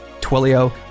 Twilio